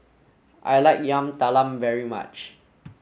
I like Yam Talam very much